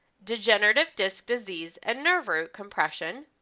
degenerative disc disease and nerve root compression,